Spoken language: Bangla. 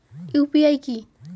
ইউ.পি.আই কি?